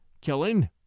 killing